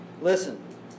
Listen